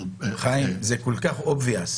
זה כל כך מובן מאליו.